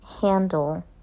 handle